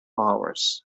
hours